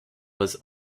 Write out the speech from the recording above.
was